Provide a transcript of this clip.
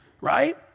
right